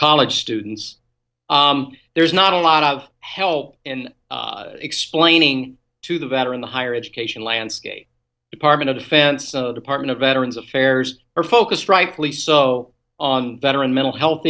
college students there's not a lot of help in explaining to the veteran the higher education landscape department of defense department of veterans affairs or focus rightly so on veteran mental health